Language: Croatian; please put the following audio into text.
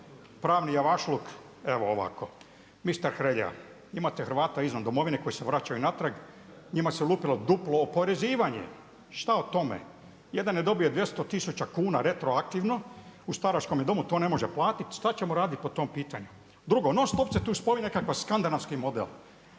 pravni javašluk, evo ovako. Mister Hrelja, imate Hrvata izvan domovine koji se vraćaju natrag, njima se lupilo duplo oporezivanje, šta o tome? Jedan je dobio 200000 kuna retroaktivno u staračkome domu, to ne može platiti, šta ćemo raditi po tom pitanju? Drugo non stop se tu spominje nekakav skandinavski model.